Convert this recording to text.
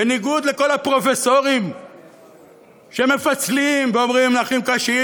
בניגוד לכל הפרופסורים שמפצלים ואומרים: נכים קשים,